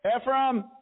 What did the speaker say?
Ephraim